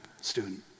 student